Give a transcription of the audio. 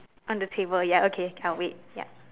on the table ya okay can wait ya